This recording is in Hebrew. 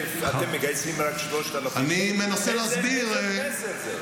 אתם מגייסים רק 3,000. איזה מסר זה?